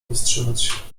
powstrzymać